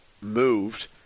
moved